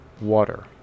water